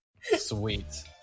Sweet